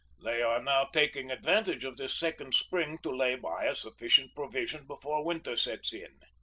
they are now taking advantage of this second spring to lay by a sufficient provision before winter sets in.